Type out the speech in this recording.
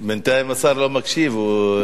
בינתיים השר לא מקשיב.